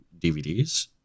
DVDs